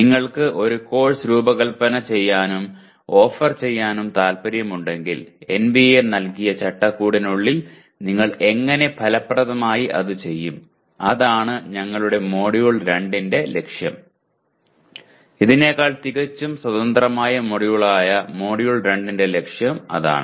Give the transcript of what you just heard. നിങ്ങൾക്ക് ഒരു കോഴ്സ് രൂപകൽപ്പന ചെയ്യാനും ഓഫർ ചെയ്യാനും താൽപ്പര്യമുണ്ടെങ്കിൽ എൻബിഎ നൽകിയ ചട്ടക്കൂടിനുള്ളിൽ നിങ്ങൾ എങ്ങനെ ഫലപ്രദമായി അത് ചെയ്യും അതാണ് ഞങ്ങളുടെ മൊഡ്യൂൾ 2 ന്റെ ലക്ഷ്യം ലക്ഷ്യം ഇതിനേക്കാൾ തികച്ചും സ്വതന്ത്രമായ മൊഡ്യൂളായ മൊഡ്യൂൾ 2 ന്റെ ലക്ഷ്യം അതാണ്